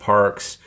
Parks